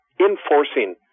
enforcing